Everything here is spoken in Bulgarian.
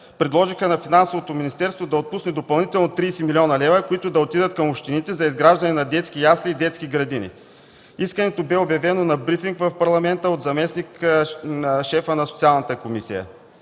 предложиха на Финансовото министерство да отпусне допълнително 30 млн. лв., които да отидат към общините за изграждане на детски ясли и детски градини. Искането бе обявено на брифинг в Парламента от заместник-шефа на Социалната комисия